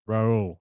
Raul